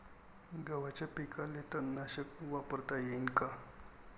गव्हाच्या पिकाले तननाशक वापरता येईन का?